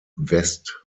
west